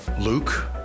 Luke